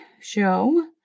show